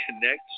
connect